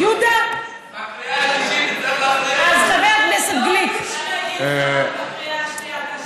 לא יהיו שתי גרסאות בקריאה השנייה והשלישית.